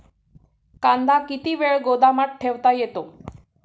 कांदा किती वेळ गोदामात ठेवता येतो?